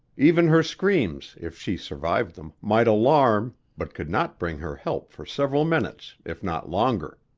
even her screams, if she survived them, might alarm, but could not bring her help for several minutes, if not longer.